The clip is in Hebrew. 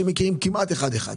כמעט אחד-אחד.